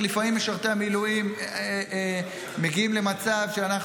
לפעמים משרתי המילואים מגיעים למצב שבו